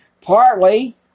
Partly